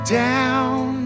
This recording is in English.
down